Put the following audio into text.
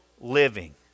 living